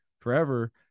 forever